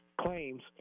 claims